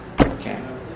Okay